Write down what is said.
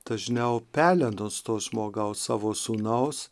dažniau pelenus to žmogaus savo sūnaus